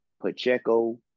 Pacheco